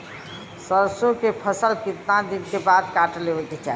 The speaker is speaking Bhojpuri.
सरसो के फसल कितना दिन के बाद काट लेवे के चाही?